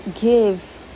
give